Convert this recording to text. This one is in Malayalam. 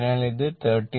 അതിനാൽ ഇത് 39